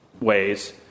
ways